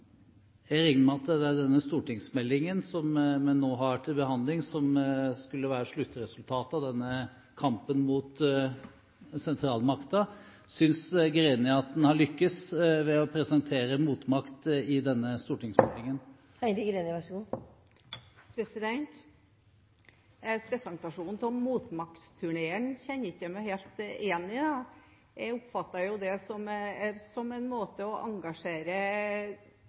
Jeg regner med at det er denne stortingsmeldingen som vi nå har til behandling, som skulle være sluttresultatet av denne kampen mot sentralmakten. Synes Greni at en har lyktes med å presentere motmakt i denne stortingsmeldingen? Presentasjonen av motmaktturneen kjenner jeg meg ikke helt igjen i. Jeg oppfattet jo det som en måte å engasjere